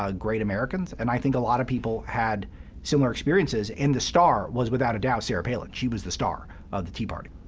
ah great americans. and i think a lot of people had similar experiences. and the star was, without a doubt, sarah palin. she was the star of the tea party.